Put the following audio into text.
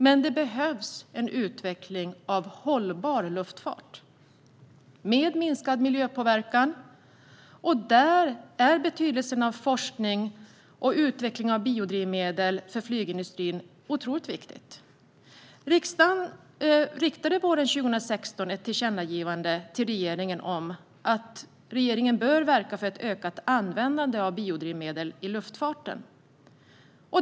Men det behövs en utveckling av hållbar luftfart, med minskad miljöpåverkan. Där är betydelsen av forskning och av utveckling av biodrivmedel för flygindustrin otroligt stor. Riksdagen riktade våren 2016 ett tillkännagivande till regeringen om att den bör verka för ett ökat användande av biodrivmedel i luftfarten.